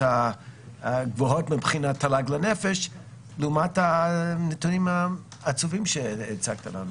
הגבוהות מבחינת תל"ג לנפש לעומת הנתונים העצובים שהצגת לנו?